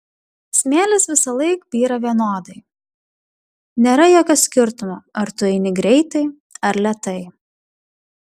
smėlis visąlaik byra vienodai nėra jokio skirtumo ar tu eini greitai ar lėtai